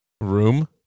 Room